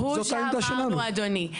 הוא שאמרנו, אדוני.